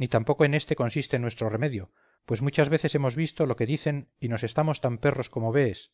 ni tampoco en éste consiste nuestro remedio pues muchas veces hemos visto lo que dicen y nos estamos tan perros como vees